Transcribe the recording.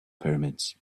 pyramids